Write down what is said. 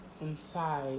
inside